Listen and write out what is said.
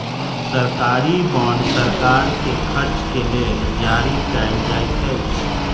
सरकारी बांड सरकार के खर्च के लेल जारी कयल जाइत अछि